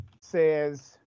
says